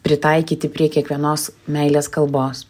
pritaikyti prie kiekvienos meilės kalbos